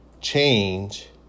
change